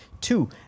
two